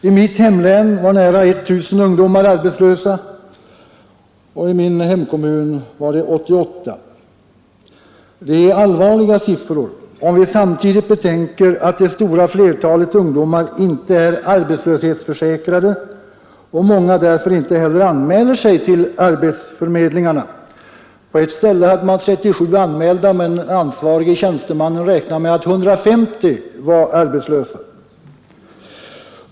I mitt hemlän var nära 1 000 ungdomar arbetslös siffror, om vi arbetslöshetsförsäkrade och många därför inte heller anmäler sig till arbetsförmedlingarna. På ett ställe hade man 37 anmälda, men den , och i min hemkommun var det 88. Det är allvarliga mtidigt betänker att det stora flertalet ungdomar inte är ansvarige tjänstemannen räknade med att 150 var arbetslösa.